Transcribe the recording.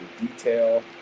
detail